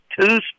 two